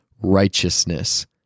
righteousness